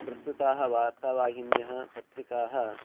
प्रस्तुताः वार्तावाहिन्यः पत्रिकाः